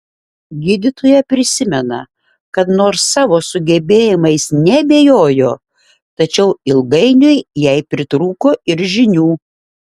gydytoja prisimena kad nors savo sugebėjimais neabejojo tačiau ilgainiui jai pritrūko ir žinių